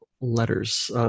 letters